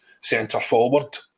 centre-forward